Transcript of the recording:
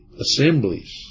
Assemblies